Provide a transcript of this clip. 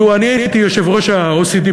לו אני הייתי יושב-ראש ה-OECD,